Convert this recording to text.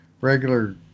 regular